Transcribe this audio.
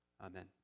Amen